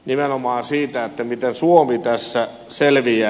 nimenomaan siitä miten suomi tässä selviää